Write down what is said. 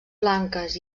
blanques